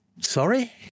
sorry